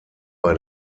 bei